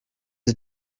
die